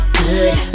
good